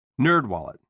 NerdWallet